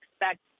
expect